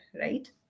right